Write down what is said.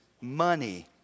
money